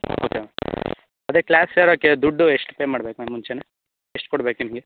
okay madam ಅದೇ class ಸೇರೋಕೆ ದುಡ್ಡು ಎಷ್ಟು ಪೇ ಮಾಡ್ಬೇಕು ಮ್ಯಾಮ್ ಮುಂಚೇ ಎಷ್ಟು ಕೊಡ್ಬೇಕು ನಿಮಗೆ